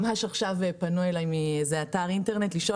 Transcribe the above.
ממש עכשיו פנו אלי מאיזה אתר אינטרנט כדי לשאול